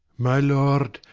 my lord,